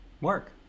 Work